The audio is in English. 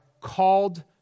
called